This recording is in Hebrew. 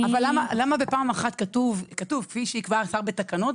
אבל למה פעם אחת כתוב "כפי שיקבע השר בתקנות",